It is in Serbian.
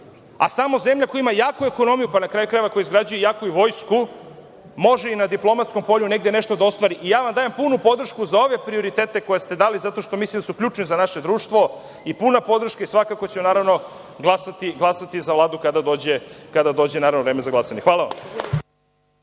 a samo zemlja koja ima jaku ekonomija, pa na kraju krajeva koja izgrađuje jaku vojsku može i na diplomatskom polju nešto da ostvari. Dajem vam punu podršku za ove prioritete koje ste dali, jer mislim da su ključni za naše društvo i puna podrška i svakako ćemo glasati za Vladu kada dođe vreme za glasanje. Hvala vam.